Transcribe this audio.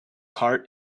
heart